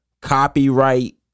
copyright